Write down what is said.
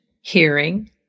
hearing